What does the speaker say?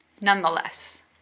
nonetheless